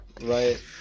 right